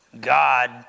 God